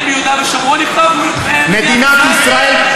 ביהודה ושומרון יכתוב "מדינת ישראל"?